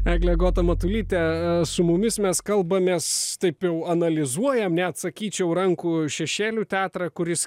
eglė agota matulytė su mumis mes kalbamės taip jau analizuojam net sakyčiau rankų šešėlių teatrą kuris